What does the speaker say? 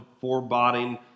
foreboding